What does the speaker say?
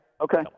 okay